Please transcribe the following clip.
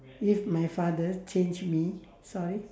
if my father change me sorry